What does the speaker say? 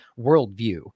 worldview